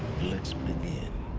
let's begin.